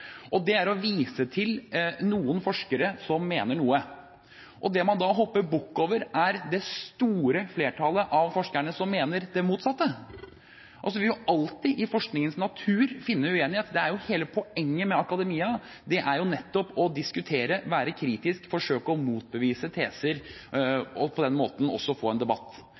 og det er å vise til noen forskere som mener noe. Det man da hopper bukk over, er det store flertallet av forskerne som mener det motsatte. Vi vil alltid – det ligger i forskningens natur – finne uenighet. Det er jo hele poenget med akademia – å diskutere, være kritisk, forsøke å motbevise teser og på den måten også få en debatt.